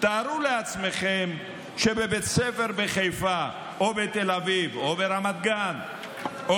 תארו לעצמכם שבבית ספר בחיפה או בתל אביב או ברמת גן או